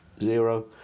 zero